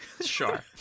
sure